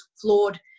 flawed